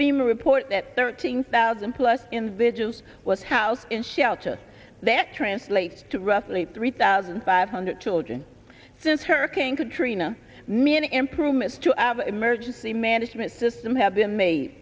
being report that thirteen thousand plus individuals was house in shelters that translates to roughly three thousand five hundred children since hurricane katrina man improvements to our emergency management system have been made